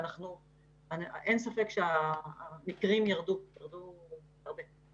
אין ספק שהמקרים ירדו וירדו הרבה.